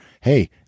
hey